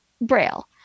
braille